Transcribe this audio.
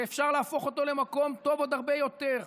ואפשר להפוך אותו למקום טוב עוד הרבה יותר.